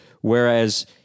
Whereas